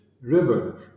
river